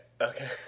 okay